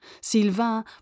Sylvain